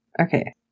Okay